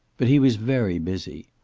but he was very busy.